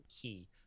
key